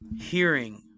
Hearing